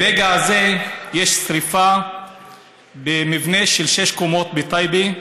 ברגע הזה יש שרפה במבנה של שש קומות בטייבה,